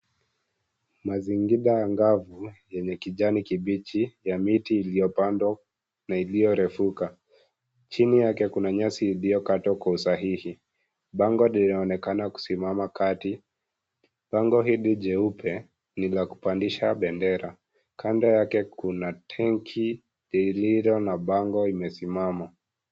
Mazingira ya ngavu yenye kijani kibichi ya miti iliyopandwa na iliyorefuka. Chini yake kuna nyasi iliyokatwa kwa usahihi. Bango lilionekana kusimama kati. Bango hili jeupe ni lakupandisha bender. Kando yake kuna tanki iliyo na bango imesimama.